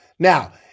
Now